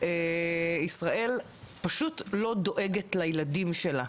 ישראל פשוט לא דואגת לילדים שלה,